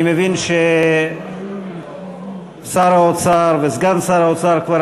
אני מבין ששר האוצר וסגן שר האוצר כבר